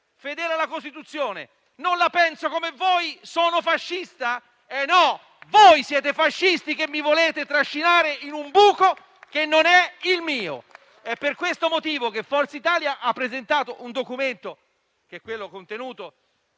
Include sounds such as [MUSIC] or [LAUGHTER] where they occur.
fedele alla Costituzione, non la penso come voi sono fascista? No: voi siete fascisti che mi volete trascinare in un buco che non è il mio. [APPLAUSE] È per questo motivo che Forza Italia ha presentato il documento contenuto